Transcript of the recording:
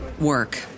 work